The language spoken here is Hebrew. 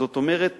זאת אומרת,